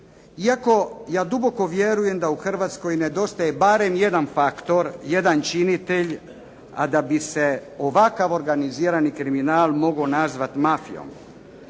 Iako ja duboko vjerujem da u Hrvatskoj nedostaje barem jedan faktor, jedan činitelj, a da bi se ovakav organizirani kriminal mogao nazvati mafijom.